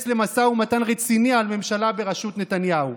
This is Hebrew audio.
למשא-ומתן רציני על ממשלה בראשות נתניהו.